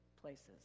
places